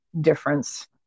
difference